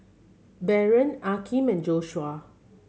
Baron Akeem and Joshua